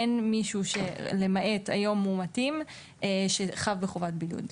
אין מישהו, למעט מאומתים היום, שחב בחובת בידוד.